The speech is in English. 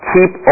Keep